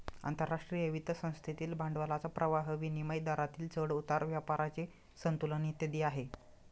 आंतरराष्ट्रीय वित्त संस्थेतील भांडवलाचा प्रवाह, विनिमय दरातील चढ उतार, व्यापाराचे संतुलन इत्यादी आहे